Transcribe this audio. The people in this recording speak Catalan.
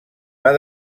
van